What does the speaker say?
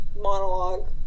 monologue